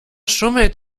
schummelt